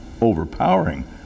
overpowering